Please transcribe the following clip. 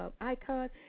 icon